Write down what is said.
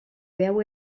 veu